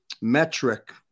metric